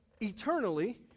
eternally